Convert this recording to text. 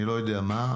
אני לא יודע מה,